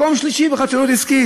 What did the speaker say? מקום שלישי בחדשנות עסקית.